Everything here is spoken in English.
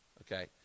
Okay